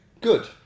good